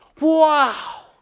Wow